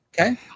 Okay